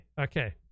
Okay